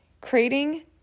creating